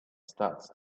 starts